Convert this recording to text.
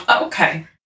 Okay